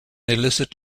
illicit